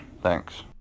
Thanks